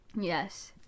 yes